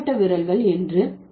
தனிப்பட்ட விரல்கள் என்று